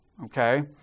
Okay